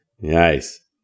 Nice